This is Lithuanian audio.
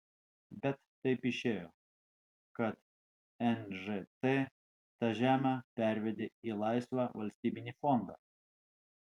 bet taip išėjo kad nžt tą žemę pervedė į laisvą valstybinį fondą